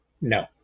No